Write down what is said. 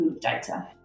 data